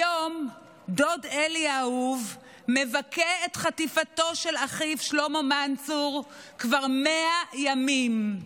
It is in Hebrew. היום דוד אלי האהוב מבכה את חטיפתו של אחיו שלמה מנצור כבר 100 ימים.